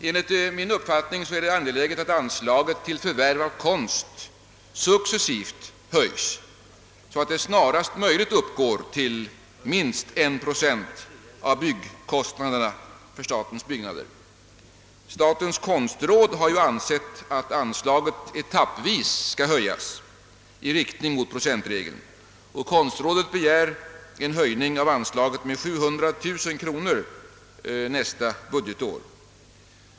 Enligt min uppfattning är det angeläget att anslaget till förvärv av konst successivt höjs, så att det snarast möjligt uppgår till minst en procent av byggkostnaderna för statens byggnader. Statens konstråd har ansett att anslaget etappvis bör höjas i riktning mot tillämpning av enprocentsregeln. Konstrådet begär en höjning av anslaget med 700 000 kronor för nästa budgetår.